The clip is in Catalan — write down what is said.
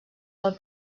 del